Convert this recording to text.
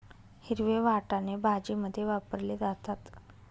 हिरवे वाटाणे भाजीमध्ये वापरले जातात